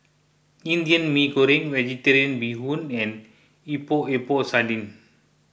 Indian Mee Goreng Vegetarian Bee Hoon and Epok Epok Sardin